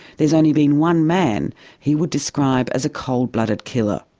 there's only been one man he would describe as a cold-blooded killer.